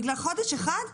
בגלל חודש אחד.